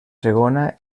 segona